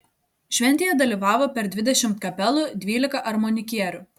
šventėje dalyvavo per dvidešimt kapelų dvylika armonikierių